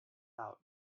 out